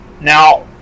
Now